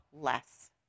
less